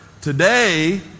Today